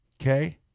okay